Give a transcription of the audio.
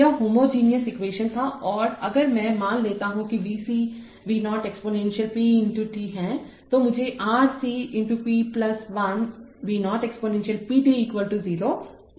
यह homogeneous equation था और अगर मैं मान लेता हूं कि V C V 0 exponential p× t हैतो मुझे R C × p 1 V 0 exponential pt 0 मिलेगा